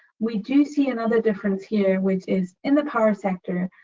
we do see another difference here, which is in the power sector,